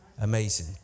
amazing